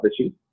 issues